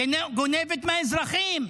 גונבת מהאזרחים,